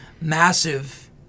massive